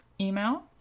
email